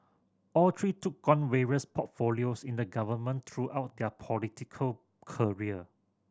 all three took on various portfolios in the government throughout their political career